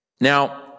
Now